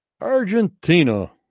Argentina